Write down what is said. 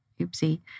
oopsie